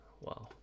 Wow